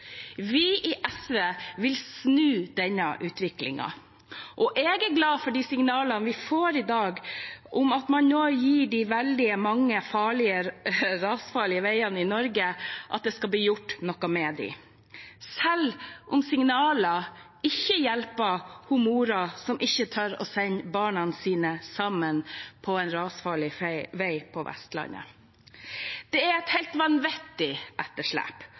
Vi i SV vil snu denne utviklingen. Jeg er glad for de signalene vi får i dag om at de veldig mange rasfarlige veiene i Norge nå blir gjort noe med – selv om signaler ikke hjelper moren som ikke tør å sende barna sine sammen på en rasfarlig vei på Vestlandet. Det er et helt vanvittig etterslep,